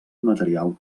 material